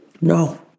No